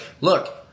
look